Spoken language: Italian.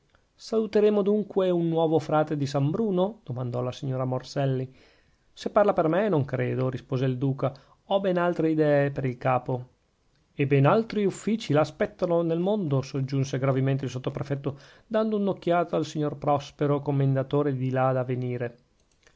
saluteremo dunque un nuovo frate di san bruno domandò la signora morselli se parla per me non credo rispose il duca ho ben altre idee per il capo e ben altri uffici l'aspettano nel mondo aggiunse gravemente il sottoprefetto dando un'occhiata al signor prospero commendatore di là da venire